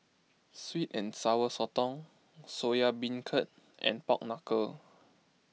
Sweet and Sour Sotong Soya Beancurd and Pork Knuckle